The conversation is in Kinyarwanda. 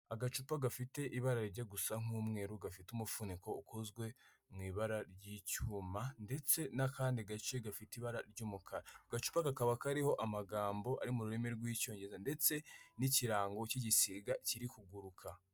Agacupa gafite ibara rijya gusa nk'umweru gafite umufuniko ukozwe mui ibara ry'icyuma ndetse n'akandi gace gafite ibara ry'umukara. Agacupa kakaba kariho amagambo ari mu rurimi rw'icyongereza ndetse n'ikirango cy'igisiga kiri kuguruka.